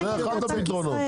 מה עמדת בנק ישראל?